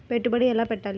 పెట్టుబడి ఎలా పెట్టాలి?